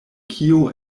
kio